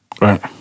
Right